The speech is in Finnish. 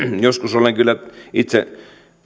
joskus olen kyllä itse